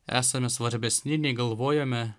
esame svarbesni nei galvojome